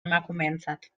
emakumeentzat